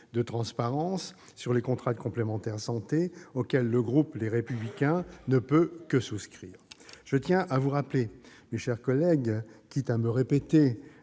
de transparence sur les contrats de complémentaire santé auquel le groupe Les Républicains ne peut que souscrire. Je tiens à vous rappeler, quitte à me répéter-